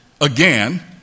again